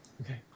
Okay